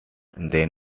than